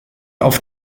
auf